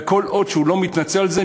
וכל עוד הוא לא מתנצל על זה,